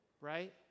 right